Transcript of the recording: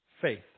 faith